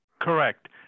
correct